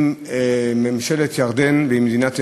עם ממשלת ירדן ועם מדינת ירדן.